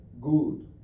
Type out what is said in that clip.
Good